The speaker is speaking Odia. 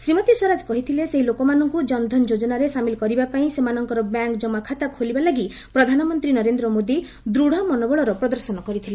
ଶ୍ରୀମତୀ ସ୍ୱରାଜ କହିଥିଲେ ସେହିଲୋକମାନଙ୍କୁ ଜନଧନ ଯୋଚ୍ଚନାରେ ସାମିଲ କରିବା ପାଇଁ ସେମାନଙ୍କର ବ୍ୟାଙ୍କ କମାଖାତା ଖୋଲିବା ଲାଗି ପ୍ରଧାନମନ୍ତ୍ରୀ ନରେନ୍ଦ୍ର ମୋଦି ଦୃଢ଼ ମନୋବଳର ପ୍ରଦର୍ଶନ କରିଥିଲେ